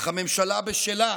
אך הממשלה בשלה: